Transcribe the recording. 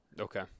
Okay